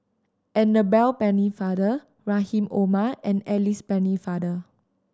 Annabel Pennefather Rahim Omar and Alice Pennefather